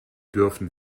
dürfen